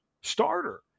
starter